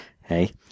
Hey